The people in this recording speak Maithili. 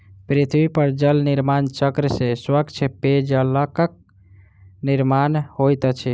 पृथ्वी पर जल निर्माण चक्र से स्वच्छ पेयजलक निर्माण होइत अछि